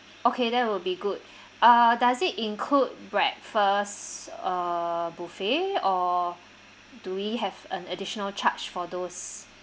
okay that will be good uh does it include breakfast uh buffet or do we have an additional charge for those